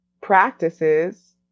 practices